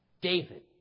David